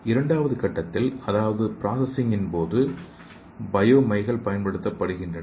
இரண்டாவது கட்டத்தில் அதாவது பிராசசிங் போது பயோ மைகள் பயன்படுத்தப்படுகின்றன